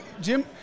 Jim